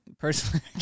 personally